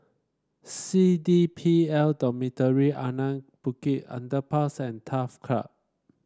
C D P L Dormitory Anak Bukit Underpass and Turf Club